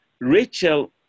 Rachel